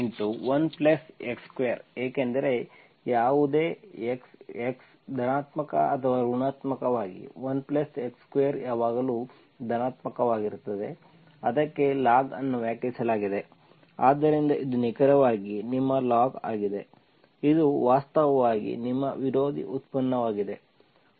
e log⁡1x2 ಏಕೆಂದರೆ ಯಾವುದೇ x x ಧನಾತ್ಮಕ ಅಥವಾ ಋಣಾತ್ಮಕವಾಗಿ 1x2 ಯಾವಾಗಲೂ ಧನಾತ್ಮಕವಾಗಿರುತ್ತದೆ ಅದಕ್ಕೆ ಲಾಗ್ ಅನ್ನು ವ್ಯಾಖ್ಯಾನಿಸಲಾಗಿದೆ ಆದ್ದರಿಂದ ಇದು ನಿಖರವಾಗಿ ನಿಮ್ಮ ಲಾಗ್ ಆಗಿದೆ ಇದು ವಾಸ್ತವವಾಗಿ ನಿಮ್ಮ ವಿರೋಧಿ ಉತ್ಪನ್ನವಾಗಿದೆ